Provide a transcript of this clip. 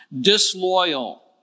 disloyal